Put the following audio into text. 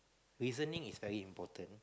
reasoning is very important